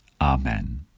Amen